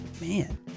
man